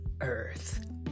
earth